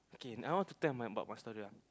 okay I want to tell about my story ah